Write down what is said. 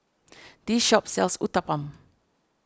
this shop sells Uthapam